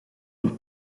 loopt